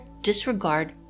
disregard